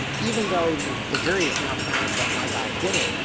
even though the jury has now found that my guy did it,